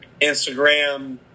Instagram